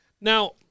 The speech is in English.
Now